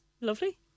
lovely